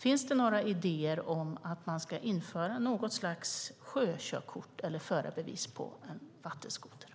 Finns det några idéer om att man ska införa något slags sjökörkort eller förarbevis för vattenskoter?